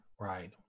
right